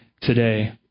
today